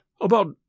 About